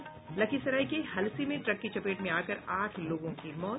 और लखीसराय के हलसी में ट्रक की चपेट में आकर आठ लोगों की मौत